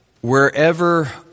wherever